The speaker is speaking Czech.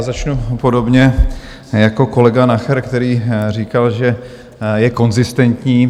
Začnu podobně jako kolega Nacher, který říkal, že je konzistentní.